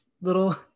little